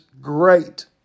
great